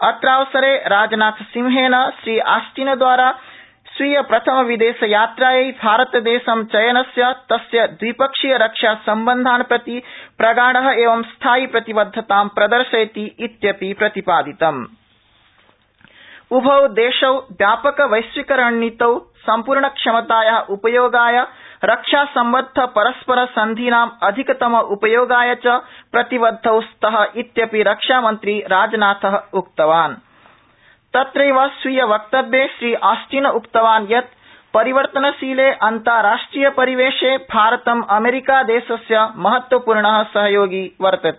अत्रावसरे राजनाथसिंहेन श्री ऑस्टिनद्वारा स्वीयप्रथमविदेशयात्रायै भारतदेशं चयनं तस्य दविपक्षीय रक्षासम्बन्धान प्रति प्रगाढएवं स्थायि प्रतिबद्धतां प्रदर्शयति इत्यपि प्रतिपादितम उभो देशौ व्यापक वैश्विक रणनीतौ सम्पूर्णक्षमताया उपयोगायरक्षासम्बद्ध परस्पर संधिनां अधिकतमउपयोगाय च प्रतिबद्धौ स्तः इत्यपि रक्षामन्त्री राजनाथ उक्तवान तंत्रैव स्वीय वक्तव्ये श्री ऑस्टिन उक्तवान ायत ापरिवर्तनशीले अन्ताराष्ट्रिये परिवेशे भारतं अमेरिकादेशस्य महत्वपूर्ण सहयोगी वर्तते